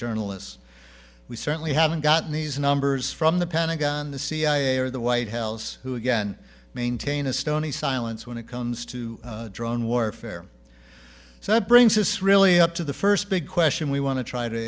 journalists we certainly haven't gotten these numbers from the pentagon the cia or the white house who again maintain a stony silence when it comes to drone warfare so that brings us really up to the first big question we want to try to